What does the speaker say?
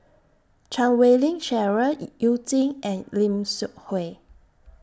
Chan Wei Ling Cheryl YOU Jin and Lim Seok Hui